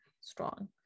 strong